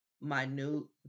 minute